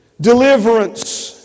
deliverance